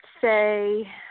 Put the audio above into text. say